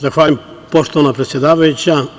Zahvaljujem poštovana predsedavajuća.